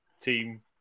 team